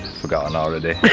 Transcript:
forgotten already.